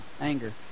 anger